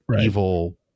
evil